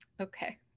Okay